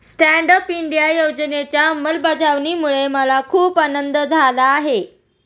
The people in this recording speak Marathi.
स्टँड अप इंडिया योजनेच्या अंमलबजावणीमुळे मला खूप आनंद झाला आहे